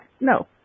No